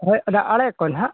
ᱦᱳᱭ ᱚᱱᱟ ᱟᱲᱮ ᱠᱚ ᱦᱟᱜ